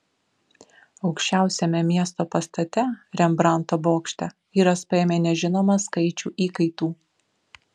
aukščiausiame miesto pastate rembrandto bokšte vyras paėmė nežinomą skaičių įkaitų